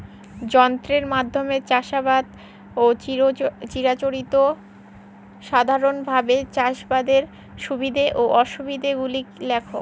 যন্ত্রের মাধ্যমে চাষাবাদ ও চিরাচরিত সাধারণভাবে চাষাবাদের সুবিধা ও অসুবিধা গুলি লেখ?